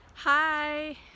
Hi